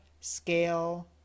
scale